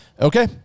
Okay